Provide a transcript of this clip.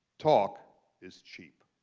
talk is cheap.